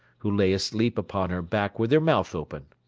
who lay asleep upon her back with her mouth open.